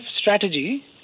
strategy